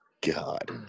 God